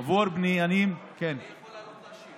עבור בניינים, אני יכול לעלות להשיב.